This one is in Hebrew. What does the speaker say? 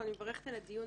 מברכת על הדיון.